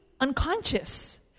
unconscious